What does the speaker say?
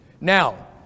Now